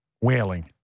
wailing